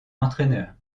entraîneur